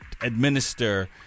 administer